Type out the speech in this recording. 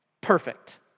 Perfect